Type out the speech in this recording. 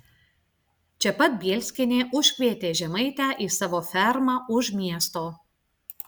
čia pat bielskienė užkvietė žemaitę į savo fermą už miesto